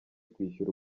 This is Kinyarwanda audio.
kwishyura